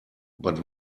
but